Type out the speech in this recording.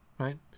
Right